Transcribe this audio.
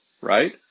Right